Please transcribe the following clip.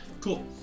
Cool